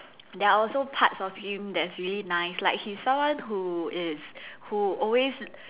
there are also parts of him that's really nice like he's someone who is who always